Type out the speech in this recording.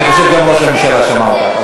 אני חושב שגם ראש הממשלה שמע אותך.